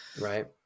right